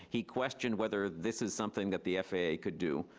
he questioned whether this is something that the faa could do.